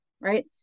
right